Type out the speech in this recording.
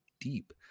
deep